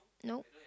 no